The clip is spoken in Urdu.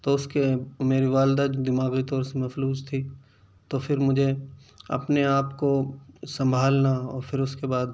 تو اس کے میری والدہ جو دماغی طور سے مفلوج تھیں تو پھر مجھے اپنے آپ کو سنبھالنا اور پھر اس کے بعد